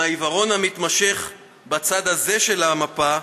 עם העיוורון המתמשך בצד הזה של המפה,